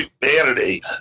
humanity